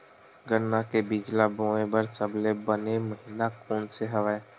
गन्ना के बीज ल बोय बर सबले बने महिना कोन से हवय?